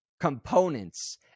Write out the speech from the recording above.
components